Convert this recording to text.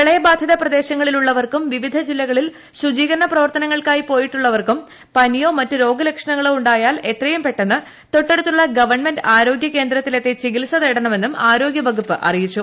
പ്രളയബാധിത പ്രദേശങ്ങളിൽ ഉള്ളവർക്കും വിവിധ ജില്ലകളിൽ ശുചീകരണ പ്രവർത്തനങ്ങൾക്കായി പോയിട്ടുള്ളവർക്കും പനിയോ മറ്റ് രോഗ ലക്ഷണങ്ങളോ ഉണ്ടായാൽ എത്രയും പെട്ടെന്ന് തൊട്ടടുത്തുള്ള ഗവൺമെന്റ് ആർട്ടോഗൃ കേന്ദ്രത്തിൽ എത്തി ചികിൽസ തേടണ്ടുമുന്നും ആരോഗ്യവകുപ്പ് അറിയിച്ചു